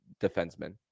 defensemen